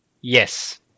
Yes